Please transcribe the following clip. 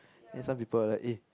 then some people like eh